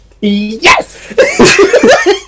Yes